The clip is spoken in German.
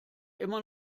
immer